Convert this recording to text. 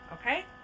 okay